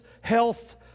health